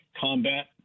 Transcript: combat